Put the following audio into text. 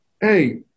hey